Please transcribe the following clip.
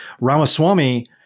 Ramaswamy